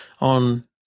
on